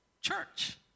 church